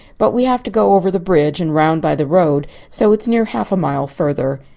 but we have to go over the bridge and round by the road, so it's near half a mile further.